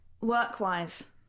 work-wise